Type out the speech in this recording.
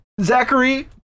Zachary